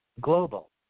global